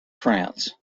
france